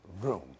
Room